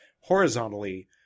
horizontally